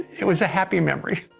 it was a happy memory.